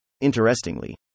Interestingly